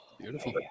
Beautiful